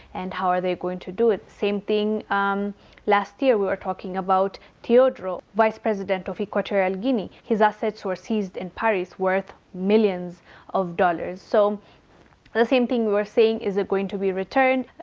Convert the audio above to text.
and how are they going to do it? same thing last year, we were talking about teodoro, vice president of equatorial guinea. his assets were seized in paris, worth millions of dollars. so the same thing we were saying, is it going to be returned?